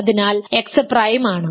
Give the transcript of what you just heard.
അതിനാൽ x prime ആണ്